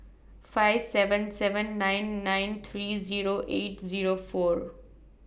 five seven seven nine nine three Zero eight Zero four